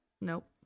nope